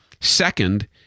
Second